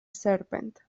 serpent